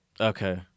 Okay